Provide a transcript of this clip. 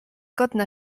godna